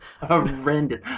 horrendous